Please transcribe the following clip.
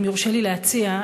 אם יורשה לי להציע,